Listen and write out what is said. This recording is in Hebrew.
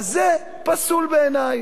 אז זה פסול בעיני.